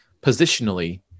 positionally